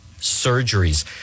surgeries